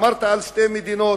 אמרת שתי מדינות.